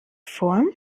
vor